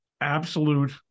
absolute